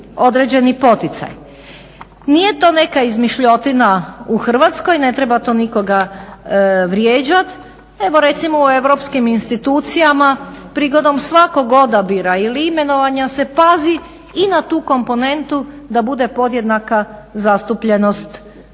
Nije to neka izmišljotina u Hrvatskoj, ne treba to nikoga vrijeđati. Evo recimo u europskim institucijama prigodom svakog odabira ili imenovanja se pazi i na tu komponentu da bude podjednaka zastupljenost muškog